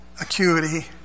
acuity